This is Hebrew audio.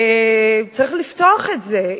צריך לפתוח את זה.